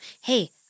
Hey